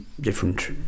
different